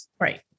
Right